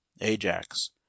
Ajax